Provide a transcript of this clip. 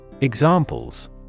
Examples